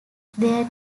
their